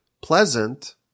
pleasant